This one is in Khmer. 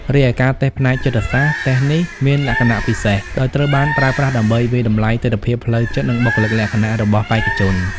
រីឯការតេស្តផ្នែកចិត្តសាស្ត្រ តេស្តនេះមានលក្ខណៈពិសេស ដោយត្រូវបានប្រើប្រាស់ដើម្បីវាយតម្លៃទិដ្ឋភាពផ្លូវចិត្ត និងបុគ្គលិកលក្ខណៈរបស់បេក្ខជន។